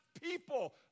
people